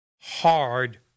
hard